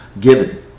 given